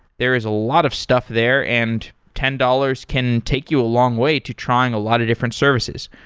there is a lot of stuff there, and ten dollars can take you a long way to trying a lot of different services.